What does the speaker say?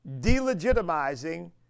delegitimizing